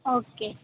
okay